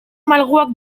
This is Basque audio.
malguak